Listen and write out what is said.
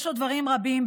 יש עוד דברים רבים,